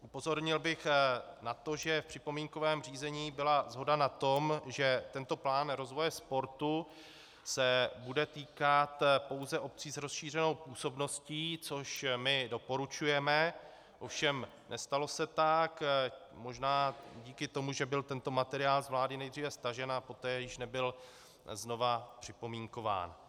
Upozornil bych na to, že v připomínkovém řízení byla shoda na tom, že tento plán rozvoje sportu se bude týkat pouze obcí s rozšířenou působností, což my doporučujeme, ovšem nestalo se tak možná díky tomu, že byl tento materiál z vlády nejdříve stažen a poté již nebyl znovu připomínkován.